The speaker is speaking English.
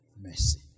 mercy